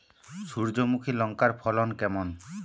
সূর্যমুখী লঙ্কার ফলন কেমন?